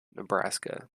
nebraska